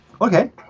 Okay